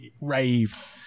rave